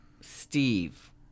steve